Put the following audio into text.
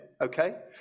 okay